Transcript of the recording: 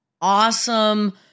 awesome